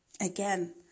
Again